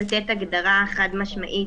זה לא פשוט לתת הגדרה חד משמעית.